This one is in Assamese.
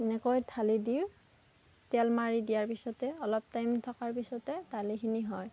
এনেকৈ ঢালি দি তেল মাৰি দিয়াৰ পিছতে অলপ টাইম থকাৰ পিছতে দালিখিনি হয়